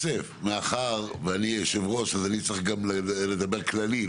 מאחר שאני היושב-ראש, אני צריך לדבר באופן כללי.